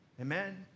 Amen